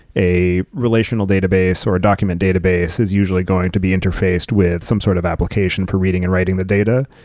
a relational database or document database is usually going to be interfaced with some sort of application for reading and writing the data.